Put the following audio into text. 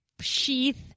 sheath